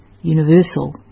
universal